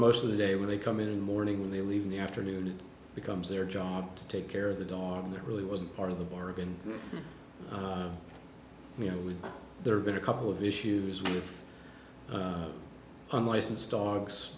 most of the day when they come in the morning they leave in the afternoon it becomes their job to take care of the dog on that really wasn't part of the bargain you know there have been a couple of issues with unlicensed dogs